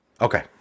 Okay